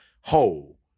whole